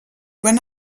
van